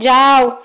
যাও